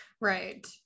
right